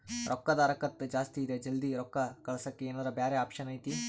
ರೊಕ್ಕದ ಹರಕತ್ತ ಜಾಸ್ತಿ ಇದೆ ಜಲ್ದಿ ರೊಕ್ಕ ಕಳಸಕ್ಕೆ ಏನಾರ ಬ್ಯಾರೆ ಆಪ್ಷನ್ ಐತಿ?